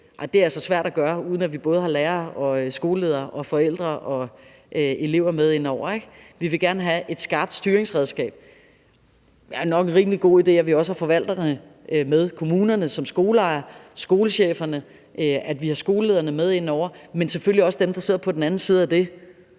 altså svært at gøre, uden at vi har både lærere, skoleledere, forældre og elever med ind over. Vi vil gerne have et skarpt styringsredskab, og det er nok en rimelig god idé, at vi har forvalterne med ind over – kommunerne som skoleejere, skolecheferne, skolelederne – men selvfølgelig også dem, der sidder på den anden side af det,